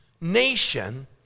nation